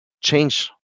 change